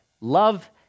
Love